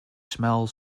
smells